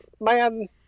Man